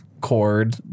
Cord